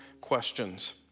questions